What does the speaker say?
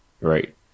Right